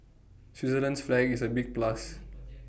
Switzerland's flag is A big plus